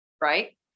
right